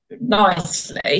nicely